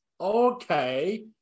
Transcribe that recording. Okay